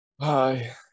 hi